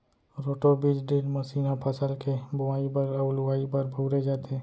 roto बीज drill machine ह फसल के बोवई बर अउ लुवाई बर बउरे जाथे